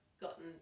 gotten